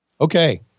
Okay